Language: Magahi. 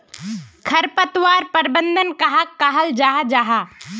खरपतवार प्रबंधन कहाक कहाल जाहा जाहा?